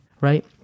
right